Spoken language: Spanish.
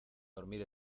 dormir